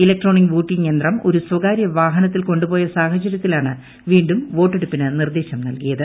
electronic voting യന്ത്രം ഒരു സ്വകാര്യ വാഹനത്തിൽ കൊണ്ടുപോയ സാഹചര്യത്തിലാണ് വീണ്ടും വോട്ടെടുപ്പിന് നിർദ്ദേശം നൽകിയത്